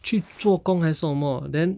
去做工还是做什么 then